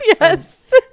yes